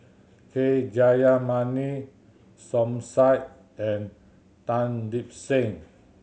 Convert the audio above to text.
K Jayamani Som Said and Tan Lip Seng